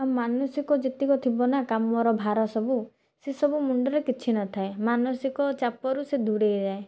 ଆଉ ମାନସିକ ଯେତିକ ଥିବା ନା କାମର ଭାର ସବୁ ସେସବୁ ମୁଣ୍ଡରେ କିଛି ନଥାଏ ମାନସିକ ଚାପରୁ ସେ ଦୂରାଇ ରହେ